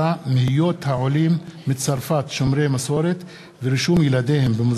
פגיעה בילדים עם צרכים מיוחדים בשל היעדר